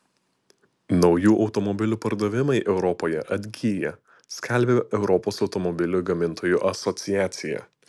naujų automobilių pardavimai europoje atgyja skelbia europos automobilių gamintojų asociacija